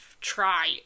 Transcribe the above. try